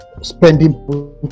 spending